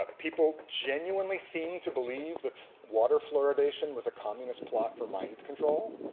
ah people genuinely seemed to believe that water fluoridation was communist plot for mind control